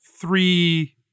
three